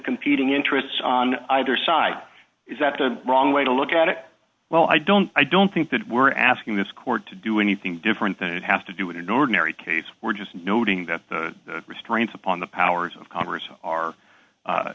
competing interests on either side is that the wrong way to look at it well i don't i don't think that we're asking this court to do anything different than it has to do with an ordinary case we're just noting that the restraints upon the powers of congress are